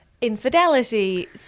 infidelity